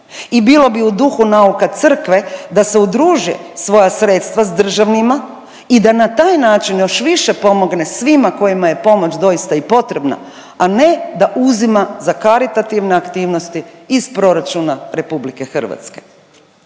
i bilo bi u duhu nauka crkve da se udruži svoja sredstva sa državnima i da na taj način još više pomogne svima kojima je pomoć doista i potrebna, a ne da uzima za karitativne aktivnosti iz Proračuna RH. Danas